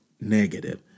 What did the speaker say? negative